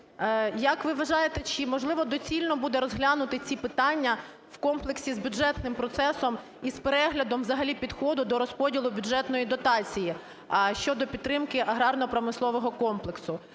Як ви вважаєте, чи, можливо, доцільно буде розглянути ці питання в комплексі з бюджетним процесом і з переглядом взагалі підходу до розподілу бюджетної дотації щодо підтримки аграрно-промислового комплексу?